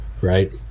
right